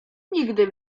nigdy